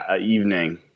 evening